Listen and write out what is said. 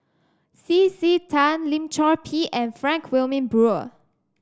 C C Tan Lim Chor Pee and Frank Wilmin Brewer